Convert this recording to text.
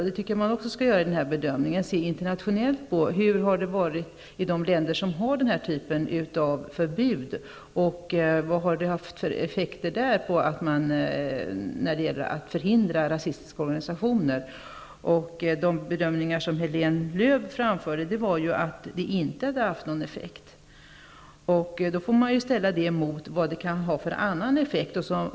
Jag tycker att man skall se på de länder som har denna typ av förbud och undersöka vilka effekter det har haft när det gällt att förhindra rasistiska organisationer. Enligt den bedömning som Helene Lööw anförde hade det inte haft någon effekt. Detta får sedan ställas mot de andra effekter som förbudet kan ha haft.